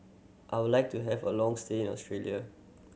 I would like to have a long stay in Australia